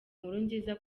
nkurunziza